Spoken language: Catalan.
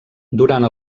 durant